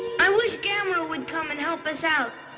i wish gamera would come and help us out.